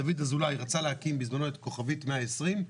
דוד אזולאי רצה להקים בזמנו את כוכבית 120,